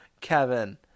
kevin